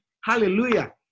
Hallelujah